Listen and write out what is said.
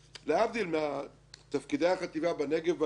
להבדיל מתפקידי החטיבה בנגב ובגליל